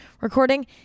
recording